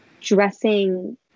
dressing